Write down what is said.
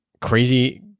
crazy